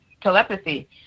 telepathy